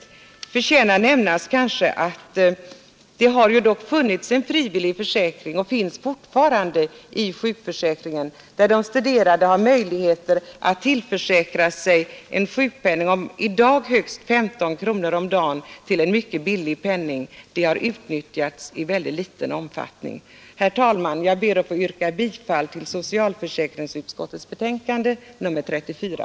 Men det förtjänar nämnas att det har funnits och finns fortfarande en frivillig fö tillförsäkra sig en sjukpenning om högst 15 kronor om dagen till en mycket billig premie. Denna möjlighet har utnyttjats i mycket liten omfattning. ring i sjukförsäkringen, där de studerande har möjligheter att Herr talman! Jag ber att få yrka bifall till socialförsäkringsutskottets hemställan i dess betänkande nr 34.